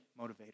motivator